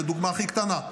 זו הדוגמה הכי קטנה,